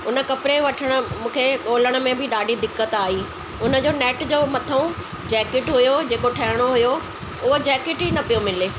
उन कपिड़े वठणु मूंखे ॻोल्हण में बि ॾाढी दिक़त आई उन जो नैट जो मथो जैकेट हुओ जेको ठहिणो हुओ उहा जैकेट ई न पियो मिले